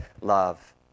love